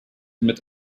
mit